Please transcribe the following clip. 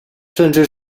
甚至